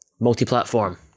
Multi-platform